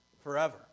forever